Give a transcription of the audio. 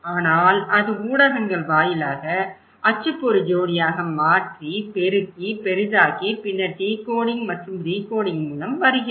ஆனால் அது ஊடகங்கள் வாயிலாக அச்சுப்பொறி ஜோடியாக மாற்றி பெருக்கி பெரிதாக்கி பின்னர் டிகோடிங் மற்றும் ரிகோடிங் மூலம் வருகிறது